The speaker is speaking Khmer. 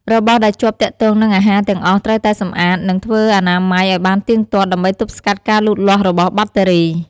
របស់ដែលជាប់ទាក់ទងនិងអាហារទាំងអស់ត្រូវតែសម្អាត និងធ្វើអនាម័យឱ្យបានទៀងទាត់ ដើម្បីទប់ស្កាត់ការលូតលាស់របស់បាក់តេរី។